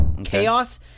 chaos